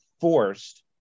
forced